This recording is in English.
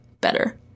better